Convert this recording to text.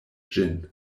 ĝin